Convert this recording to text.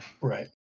Right